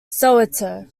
soweto